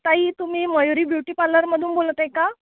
ताई तुम्ही मयुरी ब्युटी पार्लरमधून बोलत आहे का